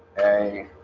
a